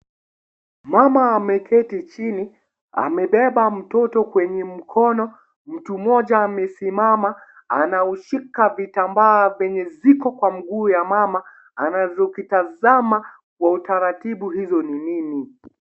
Mama ameketi chini, amebeba mtoto kwenye mkono, mtu mmoja amesimama anaushika vitambaa venye ziko kwa mguu ya mama, anazokitazama kwa utaratibu hizo ni nini.